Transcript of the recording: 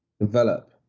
develop